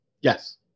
Yes